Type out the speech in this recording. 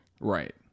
Right